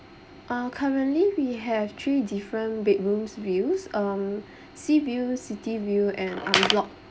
uh currently we have three different bedroom views um sea view city view and unblocked